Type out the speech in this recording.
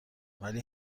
ولی